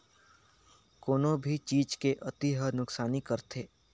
कोनो भी चीज के अती हर नुकसानी करथे